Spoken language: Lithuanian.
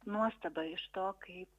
nuostaba iš to kaip